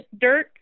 dirt